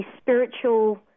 spiritual